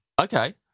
Okay